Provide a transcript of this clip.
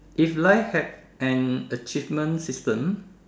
if life have an achievement system